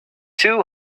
two